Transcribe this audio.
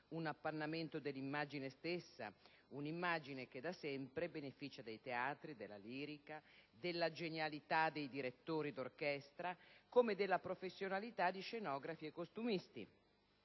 un appannamento dell'immagine stessa del Paese, che da sempre beneficia dei teatri, della lirica, della genialità dei direttori d'orchestra come della professionalità di scenografi e costumisti.